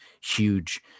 huge